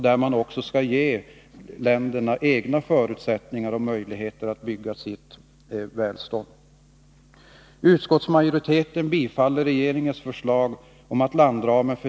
Dessa länder skall ges egna förutsättningar och möjligheter att bygga sitt välstånd.